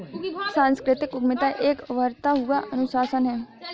सांस्कृतिक उद्यमिता एक उभरता हुआ अनुशासन है